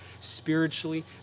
spiritually